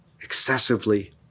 excessively